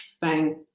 bang